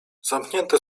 zamknięte